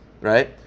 Right